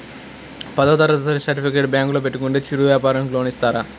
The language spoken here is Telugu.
పదవ తరగతి సర్టిఫికేట్ బ్యాంకులో పెట్టుకుంటే చిరు వ్యాపారంకి లోన్ ఇస్తారా?